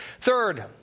Third